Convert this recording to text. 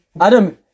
Adam